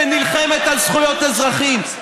שנלחמת על זכויות אזרחים,